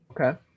Okay